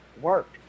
work